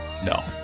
No